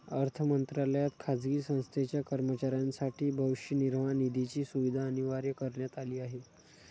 अर्थ मंत्रालयात खाजगी संस्थेच्या कर्मचाऱ्यांसाठी भविष्य निर्वाह निधीची सुविधा अनिवार्य करण्यात आली आहे